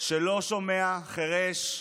שלא שומע, חירש,